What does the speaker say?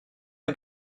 mae